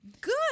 Good